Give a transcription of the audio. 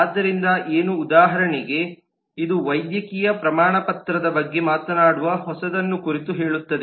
ಆದ್ದರಿಂದ ಏನು ಉದಾಹರಣೆಗೆ ಇದು ವೈದ್ಯಕೀಯ ಪ್ರಮಾಣಪತ್ರದ ಬಗ್ಗೆ ಮಾತನಾಡುವ ಹೊಸದನ್ನು ಕುರಿತು ಹೇಳುತ್ತದೆ